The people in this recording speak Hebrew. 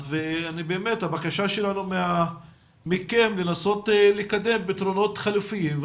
ובאמת הבקשה שלנו מכם היא לנסות ולקדם פתרונות חלופיים,